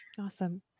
Awesome